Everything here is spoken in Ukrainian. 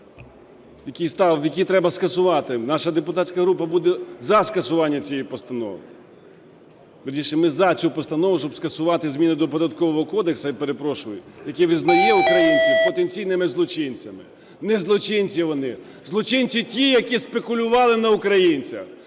який треба скасувати. Наша депутатська група буде за скасування цієї постанови. Вірніше, ми за цю постанову, щоб скасувати зміни до Податкового кодексу, я перепрошую, який визнає українців потенційними злочинцями. Не злочинці вони! Злочинці ті, які спекулювали на українцях!